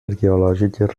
arqueològiques